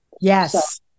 Yes